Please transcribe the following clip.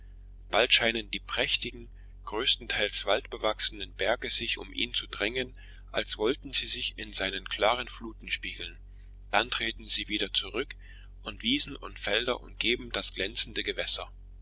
bald scheinen die prächtigen größtenteils waldbewachsenen berge sich um ihn zu drängen als wollten sie sich in seinen klaren fluten spiegeln dann treten sie wieder zurück und wiesen und felder umgeben das glänzende gewässer